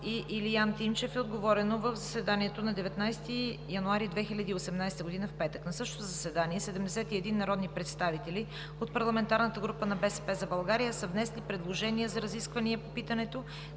Илиян Тимчев е отговорено в заседанието на 19 януари 2018 г., петък. На същото заседание 71 народни представители от парламентарната група на „БСП за България“ са внесли предложение за разисквания по питането